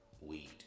weed